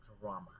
drama